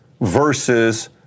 versus